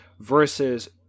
versus